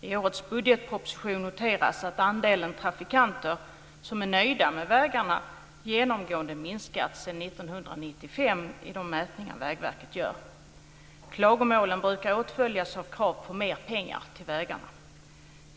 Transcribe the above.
I årets budgetproposition noteras att andelen trafikanter som är nöjda med vägarna genomgående minskat sedan 1995 i de mätningar Vägverket gör. Klagomålen brukar åtföljas av krav på mer pengar till vägarna.